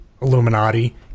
Illuminati